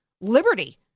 liberty